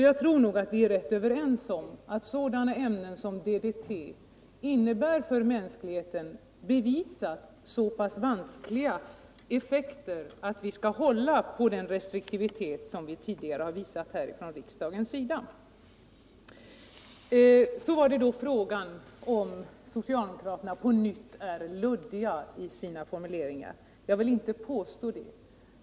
Jag tror nog att vi är rätt överens om att sådana ämnen som DDT innebär för mänskligheten bevisligen så pass vanskliga effekter att vi skall hålla på den restriktivitet som vi tidigare har visat här från riksdagens sida. Så var det frågan om socialdemokraterna på nytt är luddiga i sina formuleringar. Jag villinte påstå det.